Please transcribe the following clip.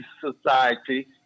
society